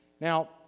Now